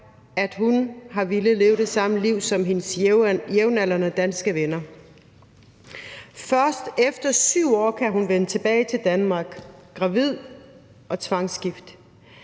at hun ville leve det samme liv som hendes jævnaldrende danske venner. Det er først efter 7 år, at hun kan vende tilbage til Danmark, gravid og tvangsgift.